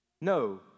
No